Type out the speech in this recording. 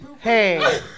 Hey